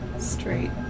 straight